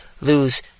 lose